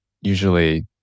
usually